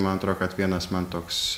man atro kad vienas man toks